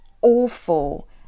awful